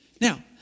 Now